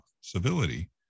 civility